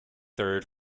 third